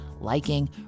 liking